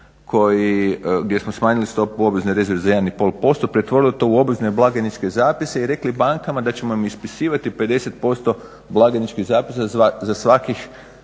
gdje smo smanjili stopu obvezne rezerve za 1,5%, pretvorili to u obvezne blagajničke zapise i rekli bankama da ćemo im ispisivati 50% blagajničkih zapisa za svaku